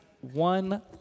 One